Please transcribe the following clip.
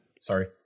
Sorry